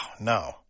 no